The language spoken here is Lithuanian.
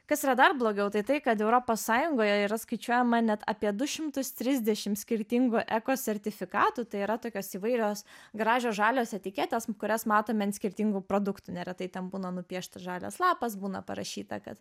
kas yra dar blogiau tai tai kad europos sąjungoje yra skaičiuojama net apie du šimtus trisdešim skirtingų eko sertifikatų tai yra tokios įvairios gražios žalios etiketės kurias matome ant skirtingų produktų neretai ten būna nupieštas žalias lapas būna parašyta kad